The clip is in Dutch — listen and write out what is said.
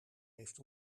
heeft